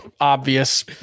obvious